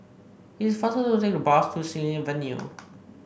it is faster to take the bus to Xilin Avenue